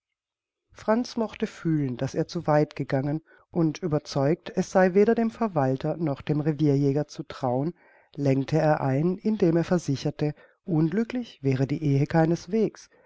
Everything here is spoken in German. franz mochte fühlen daß er zu weit gegangen und überzeugt es sei weder dem verwalter noch dem revierjäger zu trauen lenkte er ein indem er versicherte unglücklich wäre die ehe keinesweges